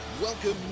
Welcome